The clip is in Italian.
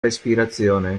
respirazione